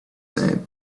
said